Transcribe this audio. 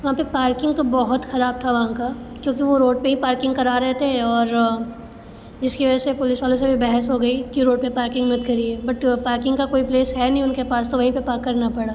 वहाँ पर पार्किंग तो बहुत ख़राब थी वहाँ की क्योंकि वो रोड पर ही पार्किंग करा रहे थे और जिसकी वजह से पुलिस वालों से भी बहस हो गई कि रोड पर पार्किंग मत करिए बट पार्किंग का कोई प्लेस है नहीं उनके पास तो वहीं पर पार्क करना पड़ा